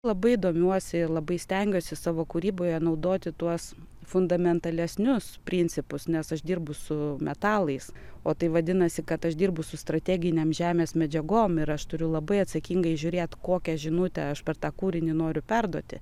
labai domiuosi ir labai stengiuosi savo kūryboje naudoti tuos fundamentalesnius principus nes aš dirbu su metalais o tai vadinasi kad aš dirbu su strateginėm žemės medžiagom ir aš turiu labai atsakingai žiūrėt kokią žinutę aš per tą kūrinį noriu perduoti